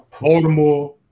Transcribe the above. Baltimore